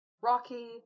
rocky